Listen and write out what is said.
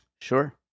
Sure